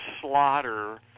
slaughter